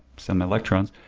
some electrons,